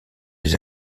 les